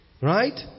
Right